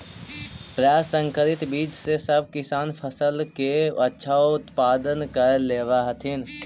प्रसंकरित बीज से सब किसान फसल के अच्छा उत्पादन कर लेवऽ हथिन